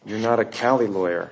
you're not a county lawyer